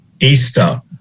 Easter